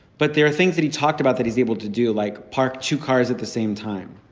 but there are things that he talked about that he's able to do, like park two cars at the same time,